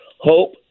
Hope